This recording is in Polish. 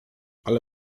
ale